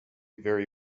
very